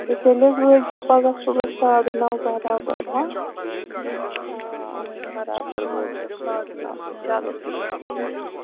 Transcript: تہٕ تیٚلہِ حَظ وٲتزیٚو پگاہ صُبحس ساڈٕ نو برابر ہہ آ برابر وٲتِزیٚو ساڈٕ نوٚ تہٕ چلو بیٚہِو